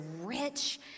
rich